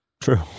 True